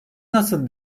nasıl